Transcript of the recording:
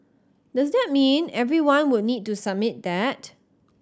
does that mean everyone would need to submit that